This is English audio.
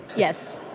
yes.